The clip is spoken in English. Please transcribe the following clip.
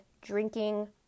drinking